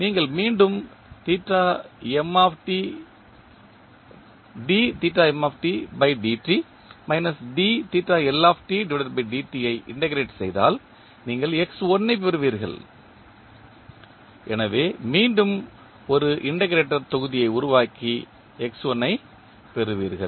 நீங்கள் மீண்டும் I integrate செய்தால் நீங்கள் ஐப் பெறுவீர்கள் எனவே மீண்டும் ஒரு இண்டெக்ரேட்டர் தொகுதியை உருவாக்கி ஐப் பெறுவீர்கள்